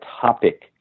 topic